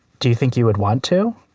do you think you would want to?